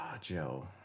joe